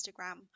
Instagram